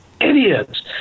idiots